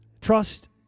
Trust